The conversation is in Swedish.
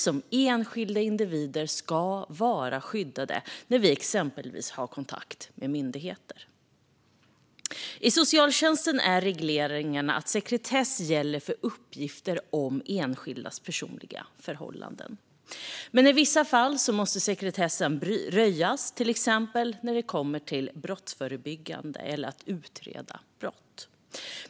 Som enskilda individer ska vi vara skyddade när vi exempelvis har kontakt med myndigheter. I socialtjänsten är reglerna att sekretess gäller för uppgifter om enskildas personliga förhållanden. Men i vissa fall måste sekretessen röjas, till exempel när det gäller att brottsförebygga eller utreda brott.